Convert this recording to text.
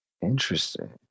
Interesting